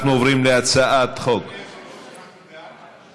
אדוני, אפשר להוסיף אותי בעד?